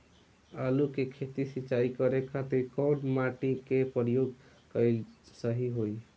आलू के खेत सिंचाई करे के खातिर कौन मोटर के प्रयोग कएल सही होई?